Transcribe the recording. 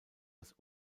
das